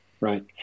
right